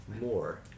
more